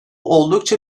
oldukça